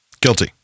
Guilty